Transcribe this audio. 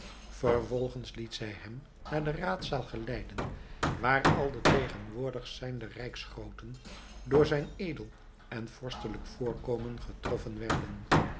vervolgens liet zij hem naar de raadzaal geleiden waar al de tegenwoordig zijnde rijksgrooten door zijn edel en vorstelijk voorkomen getroffen werden